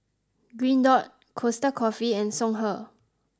green dot Costa Coffee and Songhe